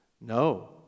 no